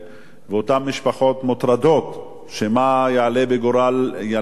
ואותן משפחות מוטרדות מה יעלה בגורל ילדיהן.